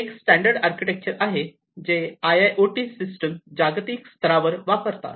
हे एक standard architecture आहे जे I I O T system जागतिक स्तरावर वापरतात